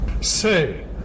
Say